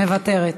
מוותרת.